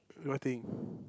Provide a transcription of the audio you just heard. what thing